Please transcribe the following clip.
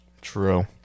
True